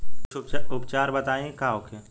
कुछ उपचार बताई का होखे?